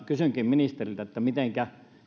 kysynkin ministeriltä mitenkä